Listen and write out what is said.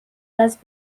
las